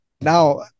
Now